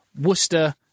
Worcester